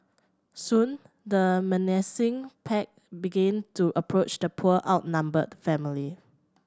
soon the menacing pack began to approach the poor outnumbered family